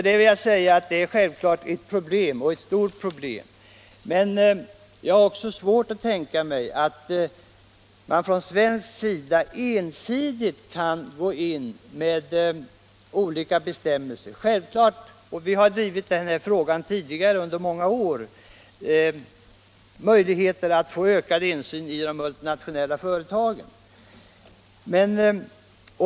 Detta är självfallet ett stort problem. Men jag har svårt att tänka mig att vi från svensk sida här ensidigt kan gå in med olika bestämmelser. Självfallet bör man — och den linjen har vi drivit i många år — försöka få ökade möjligheter till insyn i de multinationella företagen.